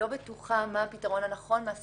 אולי פספסנו אחד או שניים, אבל העיקר יהיה בפנים.